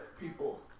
people